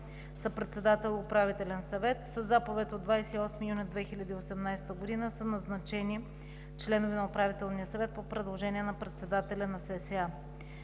председател и Управителен съвет. Със заповед от 28 юни 2018 г. са назначени членове на Управителния съвет по предложение на председателя на